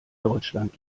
deutschland